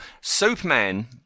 Superman